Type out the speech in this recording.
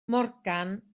morgan